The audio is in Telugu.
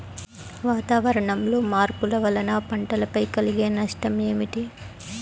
వాతావరణంలో మార్పుల వలన పంటలపై కలిగే నష్టం ఏమిటీ?